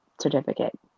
certificate